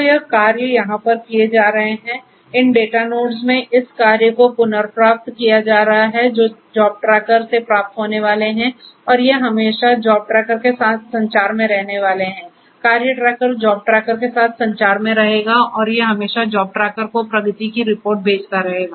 तो यह कार्य यहां पर किए जा रहे हैं इन डेटा नोड्स मेंइस कार्य को पुनर्प्राप्त किया जा रहा है जो जॉब ट्रैकर से प्राप्त होने वाले हैं और ये हमेशा जॉब ट्रैकर के साथ संचार में रहने वाले हैंकार्य ट्रैकर जॉब ट्रैकर के साथ संचार में रहेगा और ये हमेशा जॉब ट्रैकर को प्रगति की रिपोर्ट भेजता रहेगा